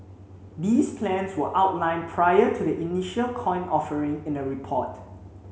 these plans were outlined prior to the initial coin offering in a report